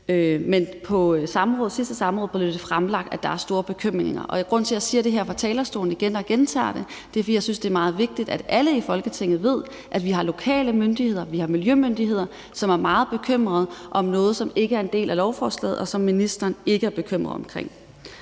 Men på sidste samråd blev det fremlagt, at der er store bekymringer. Grunden til, at jeg siger det her fra talerstolen igen, og at jeg gentager det, er, at jeg synes, det er meget vigtigt, at alle i Folketinget ved, at vi har lokale myndigheder, og at vi har miljømyndigheder, som er meget bekymret over noget, som ikke en del af lovforslaget, og som ministeren ikke er bekymret over.